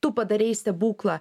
tu padarei stebuklą